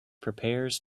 prepares